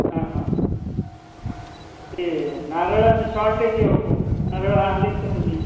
हां हां ते नारळाचं शॉर्टेज आहे ओ खूप नारळ आणले आहेत का तुम्ही